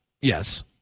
Yes